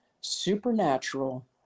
supernatural